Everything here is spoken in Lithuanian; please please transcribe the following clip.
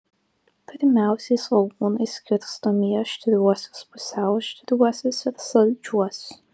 pirmiausia svogūnai skirstomi į aštriuosius pusiau aštriuosius ir saldžiuosius